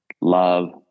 Love